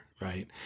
Right